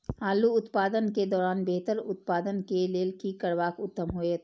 आलू उत्पादन के दौरान बेहतर उत्पादन के लेल की करबाक उत्तम होयत?